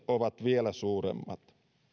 ovat vielä suuremmat